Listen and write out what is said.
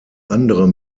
andere